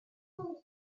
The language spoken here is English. him